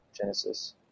Genesis